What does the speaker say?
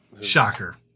Shocker